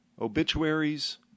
Obituaries